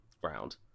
ground